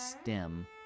stem